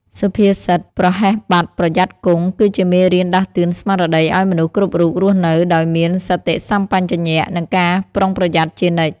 សុភាសិត «ប្រហែសបាត់ ប្រយ័ត្នគង់» គឺជាមេរៀនដាស់តឿនស្មារតីឱ្យមនុស្សគ្រប់រូបរស់នៅដោយមានសតិសម្បជញ្ញៈ និងការប្រុងប្រយ័ត្នជានិច្ច។